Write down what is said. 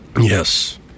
Yes